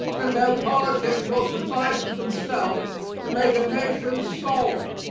that no politics will suffice of themselves to make a nation's soul.